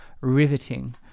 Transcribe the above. riveting